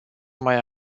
mai